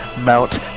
Mount